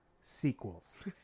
Sequels